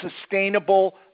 sustainable